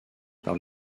par